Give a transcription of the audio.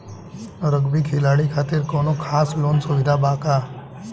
Rugby खिलाड़ी खातिर कौनो खास लोन सुविधा बा का?